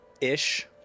ish